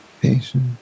patience